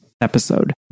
episode